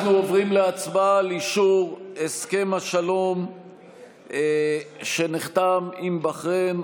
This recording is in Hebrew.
אנחנו עוברים להצבעה על אישור הסכם השלום שנחתם עם בחריין,